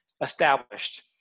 established